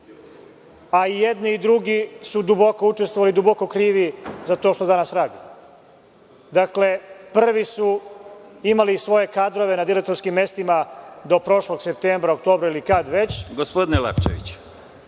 a i jedni i drugi su duboko učestvovali i duboko krivi za to što danas radimo. Dakle, prvi smo imali svoje kadrove na direktorskim mestima do prošlog septembra, oktobra ili kad već.